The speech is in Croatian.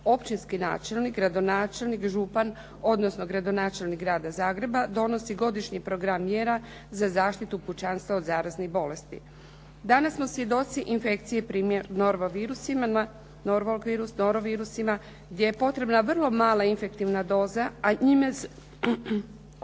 općinski načelnik, gradonačelnik, župan odnosno gradonačelnik grada Zagreba donosi godišnji program mjera za zaštitu pučanstva od zaraznih bolesti. Danas smo svjedoci infekcije primjer norva virusima, …/Govornik se ne razumije./…